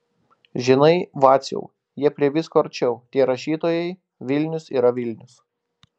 žinai vaciau jie prie visko arčiau tie rašytojai vilnius yra vilnius